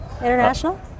International